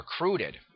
recruited